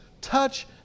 touch